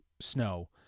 Snow